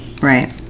right